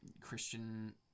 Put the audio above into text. Christian